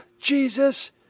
Jesus